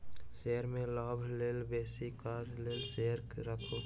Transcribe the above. share में लाभक लेल बेसी काल लेल शेयर राखू